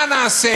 מה נעשה,